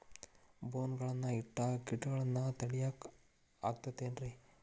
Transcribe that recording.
ಬೋನ್ ಗಳನ್ನ ಇಟ್ಟ ಕೇಟಗಳನ್ನು ತಡಿಯಾಕ್ ಆಕ್ಕೇತೇನ್ರಿ?